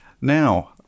now